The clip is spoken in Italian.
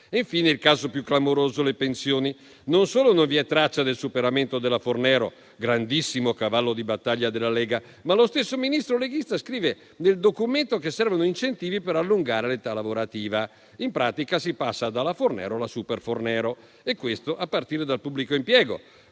Infine il caso più clamoroso è rappresentato dalle pensioni. Non solo non vi è traccia del superamento della cosiddetta riforma Fornero, grandissimo cavallo di battaglia della Lega, ma lo stesso Ministro leghista scrive nel documento che servono incentivi per allungare l'età lavorativa. In pratica, si passa dalla Fornero alla super Fornero, a partire dal pubblico impiego,